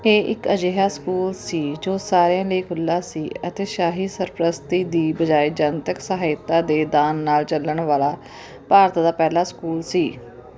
ਇਹ ਇੱਕ ਅਜਿਹਾ ਸਕੂਲ ਸੀ ਜੋ ਸਾਰਿਆਂ ਲਈ ਖੁੱਲ੍ਹਾ ਸੀ ਅਤੇ ਸ਼ਾਹੀ ਸਰਪ੍ਰਸਤੀ ਦੀ ਬਜਾਇ ਜਨਤਕ ਸਹਾਇਤਾ ਦੇ ਦਾਨ ਨਾਲ ਚੱਲਣ ਵਾਲਾ ਭਾਰਤ ਦਾ ਪਹਿਲਾ ਸਕੂਲ ਸੀ